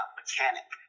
mechanic